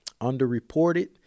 Underreported